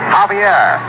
Javier